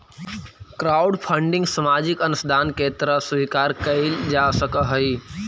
crowdfunding सामाजिक अंशदान के तरह स्वीकार कईल जा सकऽहई